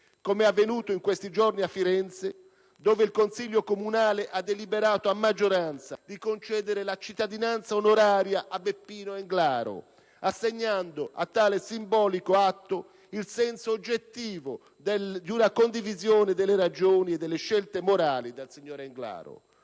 come è avvenuto in questi giorni a Firenze, dove il Consiglio comunale ha deliberato a maggioranza di concedere la cittadinanza onoraria a Beppino Englaro, assegnando a tale simbolico atto il senso oggettivo di una condivisione delle ragioni e delle scelte morali del signor Englaro;